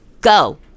Go